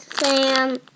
Sam